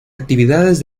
actividades